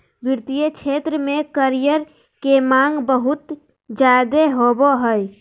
वित्तीय क्षेत्र में करियर के माँग बहुत ज्यादे होबय हय